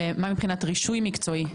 מה מבחינת רישוי מקצועי?